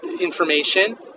information